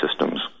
systems